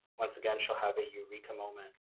once again, shall had a eureka moment.